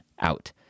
out